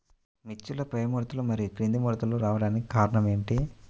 మిర్చిలో పైముడతలు మరియు క్రింది ముడతలు రావడానికి కారణం ఏమిటి?